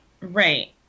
Right